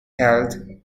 held